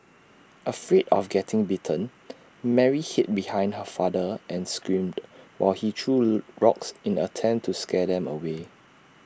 afraid of getting bitten Mary hid behind her father and screamed while he threw rocks in an attempt to scare them away